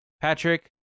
patrick